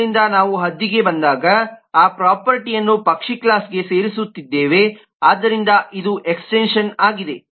ಆದ್ದರಿಂದ ನಾವು ಹದ್ದಿಗೆ ಬಂದಾಗ ಆ ಪ್ರೊಪರ್ಟಿಅನ್ನು ಪಕ್ಷಿ ಕ್ಲಾಸ್ ಗೆ ಸೇರಿಸುತ್ತಿದ್ದೇವೆ ಆದ್ದರಿಂದ ಇದು ಎಕ್ಸ್ ಟೆನ್ಶನ್ ಆಗಿದೆ